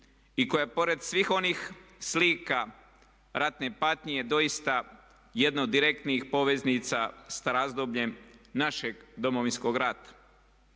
I koja pored svih onih slika ratne patnje je doista jedna od direktnih poveznica s razdobljem našeg Domovinskog rata.